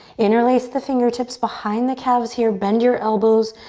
interlace the fingertips behind the calves here, bend your elbows,